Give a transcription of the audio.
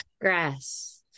Grass